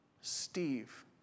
Steve